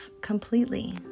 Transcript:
completely